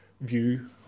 view